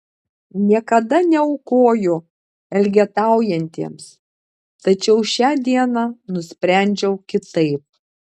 niekada neaukoju elgetaujantiems tačiau šią dieną nusprendžiau kitaip